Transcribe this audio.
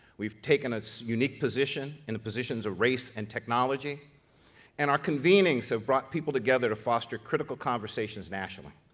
we've taken a unique position in the positions of race and technology and our convenings have brought people together to foster critical conversations nationally.